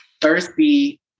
thirsty